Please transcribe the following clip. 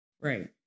Right